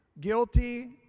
guilty